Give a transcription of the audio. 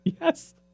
Yes